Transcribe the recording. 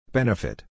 Benefit